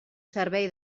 servei